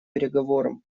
переговорам